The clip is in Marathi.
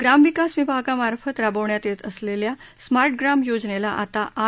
ग्रामविकास विभागामार्फत राबवण्यात येत असलेल्या स्मार्ट ग्राम योजनेला आता आर